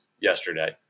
yesterday